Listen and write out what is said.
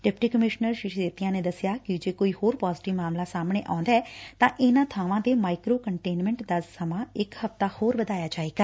deputy commissioner ਨੇ ਦਸਿਆ ਕਿ ਜੇ ਕੋਈ ਹੋਰ ਪਾਜ਼ੇਟਿਵ ਮਾਮਲੇ ਸਾਹਮਣੇ ਆਉਦੈ ਤਾ ਇਨਾਂ ਬਾਵਾਂ ਤੇ ਮਾਈਕ੍ਰੋ ਕੰਟੇਨਮੈਂਟ ਦਾ ਸਮਾ ਇਕ ਹਫ਼ਤਾ ਹੋਰ ਵਧਾਇਆ ਜਾਵੇਗਾ